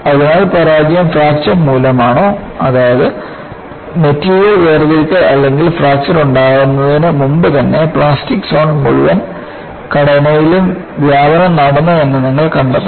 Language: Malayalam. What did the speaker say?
അതിനാൽ പരാജയം ഫ്രാക്ചർ മൂലമാണോ അതായത് മെറ്റീരിയൽ വേർതിരിക്കൽ അല്ലെങ്കിൽ ഫ്രാക്ചറുണ്ടാകുന്നതിന് മുമ്പുതന്നെ പ്ലാസ്റ്റിക് സോൺ മുഴുവൻ ഘടനയിലും വ്യാപനം നടന്നോ എന്ന് നിങ്ങൾ കണ്ടെത്തണം